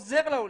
עוזר לעולים,